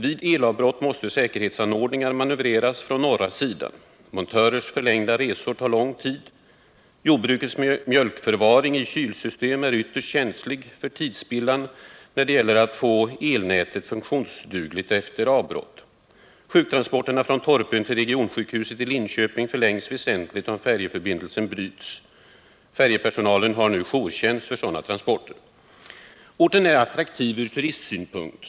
Vid elavbrott måste säkerhetsanordningar manövreras från norra sidan. Montörers förlängda resor tar lång tid. Jordbrukets mjölkförvaring i kylsystem är ytterst känslig för tidsspillan när det gäller att få elnätet funktionsdugligt efter avbrott. Sjuktransporterna från Torpön till regionsjukhuset i Linköping förlängs väsentligt, om färjeförbindelsen bryts. Färjepersonalen har nu jourtjänst för sådana transporter. Orten är attraktiv ur turistsynpunkt.